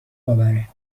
باوره